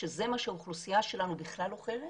שזה מה שהאוכלוסייה שלנו בכלל אוכלת,